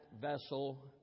vessel